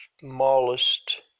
smallest